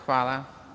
Hvala.